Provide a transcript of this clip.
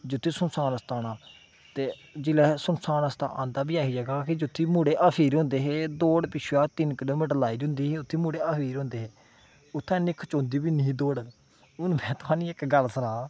जित्थै सुनसान रस्ता औना ते जुल्लै अहें सुनसान रस्ता आंदा बी ऐही जगह् जित्थे मुड़े हफी गेदे होंदे हे दौड़ पिच्छुआं तिन्न किलो मीटर लाई दी होंदी ही उत्थै मुड़े हफी गेदे होंदे हे उत्थै इन्नी खचोंदी बी ऐनी ही दौड़ हून मैं तोआनूं इक गल्ल सनां